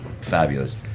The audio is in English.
fabulous